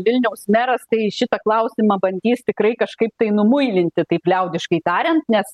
vilniaus meras tai šitą klausimą bandys tikrai kažkaip tai numuilinti taip liaudiškai tariant nes